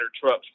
trucks